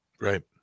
right